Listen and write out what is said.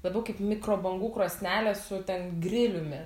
labiau kaip mikrobangų krosnelė su ten griliumi